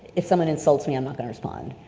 if someone insults me, i'm not gonna respond.